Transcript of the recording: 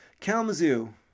Kalamazoo